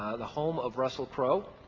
the home of russell crow.